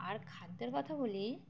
আর খাদ্যের কথা বলি